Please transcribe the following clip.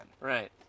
Right